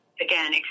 again